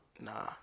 Nah